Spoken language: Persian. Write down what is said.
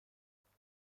تشخیص